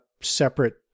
separate